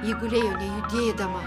ji gulėjo nejudėdama